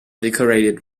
decorated